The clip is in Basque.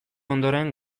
ondoren